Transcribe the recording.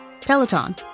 Peloton